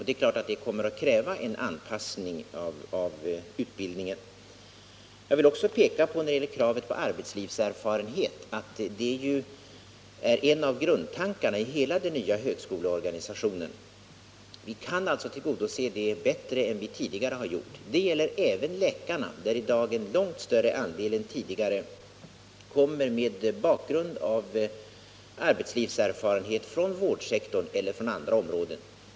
Det är klart att det kommer att kräva en anpassning av utbildningen. Jag vill också, när det gäller kravet på arbetslivserfarenhet, peka på att det är en av grundtankarna i hela den nya högskoleorganisationen. Vi kan alltså tillgodose det kravet bättre än vi tidigare gjort. Det gäller även läkarna, där bakgrunden i dag för en långt större andel än tidigare är arbetslivserfarenhet från vårdsektorn eller från andra områden.